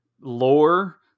Lore